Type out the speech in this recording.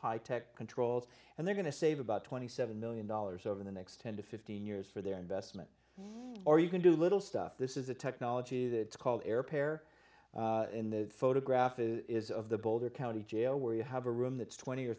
high tech controls and they're going to save about twenty seven million dollars over the next ten to fifteen years for their investment or you can do little stuff this is a technology that's called air pair in the photograph is of the boulder county jail where you have a room that's twenty or